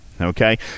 okay